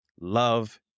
Love